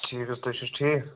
ٹھیٖک حظ تُہۍ چھو حظ ٹھیٖک